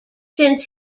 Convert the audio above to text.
since